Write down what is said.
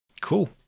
Cool